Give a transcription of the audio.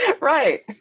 Right